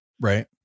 Right